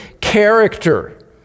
character